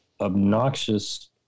obnoxious